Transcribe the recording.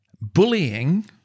Bullying